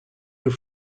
were